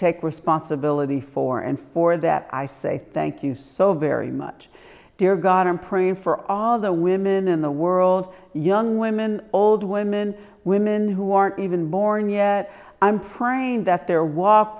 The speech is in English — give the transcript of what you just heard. take responsibility for and for that i say thank you so very much dear god i am praying for all the women in the world young women old women women who aren't even born yet i'm praying that their walk